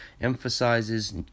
emphasizes